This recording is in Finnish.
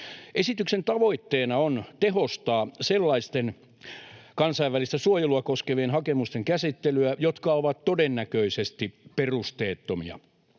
Esityksen tavoitteena on tehostaa sellaisten kansainvälistä suojelua koskevien hakemusten käsittelyä, jotka ovat todennäköisesti perusteettomia.